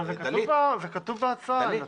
אבל זה כתוב בהצעה.